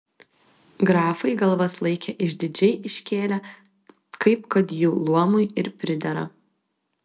grafai galvas laikė išdidžiai iškėlę kaip kad jų luomui ir pridera